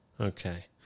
Okay